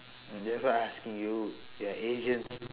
that's why I asking you we are asians